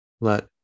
let